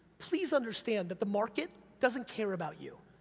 please understand that the market doesn't care about you.